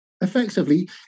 effectively